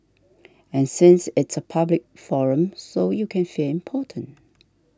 and since it's a public forum so you can feel important